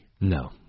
No